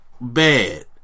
bad